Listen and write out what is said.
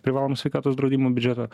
privalomo sveikatos draudimo biudžeto